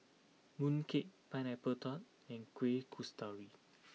Mooncake Pineapple Tart and Kuih Kasturi